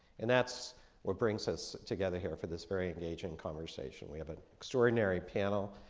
and that's what brings us together here for this very engaging conversation. we have an extraordinary panel.